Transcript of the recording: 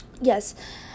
yes